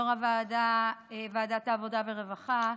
יו"ר ועדת העבודה והרווחה,